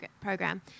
program